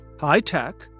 high-tech